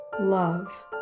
love